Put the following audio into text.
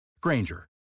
Granger